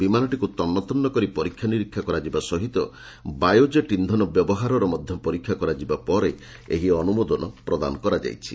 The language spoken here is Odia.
ବିମାନଟିକୁ ତନ୍ନତନ୍ନ କରି ପରୀକ୍ଷା ନିରୀକ୍ଷା କରାଯିବା ସହିତ ବାୟୋଜେଟ୍ ଇନ୍ଧନ ବ୍ୟବହାରର ମଧ୍ୟ ପରୀକ୍ଷା କରାଯିବା ପରେ ଏହି ଅନୁମୋଦନ ପ୍ରଦାନ କରାଯାଇଛି